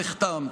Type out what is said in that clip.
נחתם,